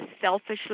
selfishly